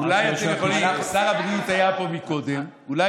אנחנו ממתינים כנראה לסיום הבידוד של גב' בראשי.